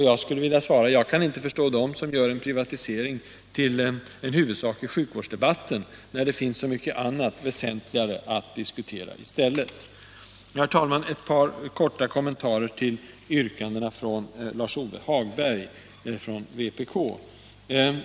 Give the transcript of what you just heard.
Jag skulle vilja svara: Jag kan inte förstå dem som gör privatiseringen till en huvudsak i sjukvårdsdebatten, när det finns så mycket annat och väsentligare att diskutera i stället. Herr talman! Ett par korta kommentarer till de vpk-yrkanden som framställts av Lars-Ove Hagberg.